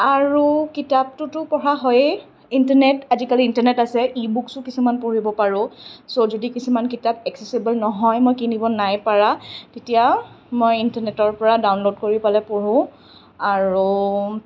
আৰু কিতাপটোতো পঢ়া হয়েই ইণ্টাৰনেট আজিকালি ইণ্টাৰনেট আছে ই বুকছো কিছুমান পঢ়িব পাৰোঁ ছ' যদি কিছুমান কিতাপ এক্সেচিবল নহয় মই কিনিব নাই পাৰা তেতিয়া মই ইণ্টাৰনেটৰ পৰা ডাউনলোড কৰি পেলাই পঢ়ো আৰু